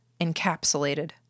encapsulated